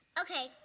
okay